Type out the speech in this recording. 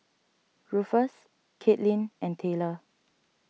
Ruffus Katelin and Tayler